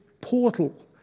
portal